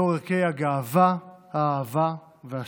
לאור ערכי הגאווה, האהבה והשלום.